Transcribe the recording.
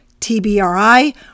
TBRI